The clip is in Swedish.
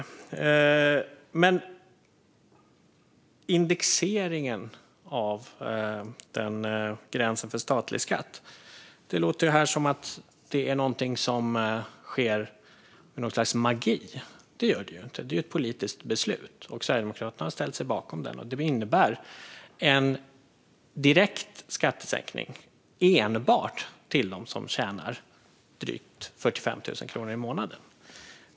När det gäller indexeringen av gränsen för statlig skatt låter det här som att det är något som sker med något slags magi. Det är det inte. Det handlar om ett politiskt beslut. Sverigedemokraterna har ställt sig bakom det, och det innebär en direkt skattesänkning enbart för dem som tjänar drygt 45 000 kronor i månaden.